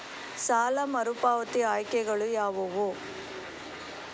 ಸಾಲ ಮರುಪಾವತಿ ಆಯ್ಕೆಗಳು ಯಾವುವು?